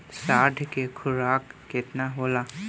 साँढ़ के खुराक केतना होला?